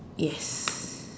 yes